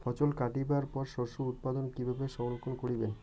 ফছল কাটিবার পর শস্য উৎপাদন কিভাবে সংরক্ষণ করিবেন?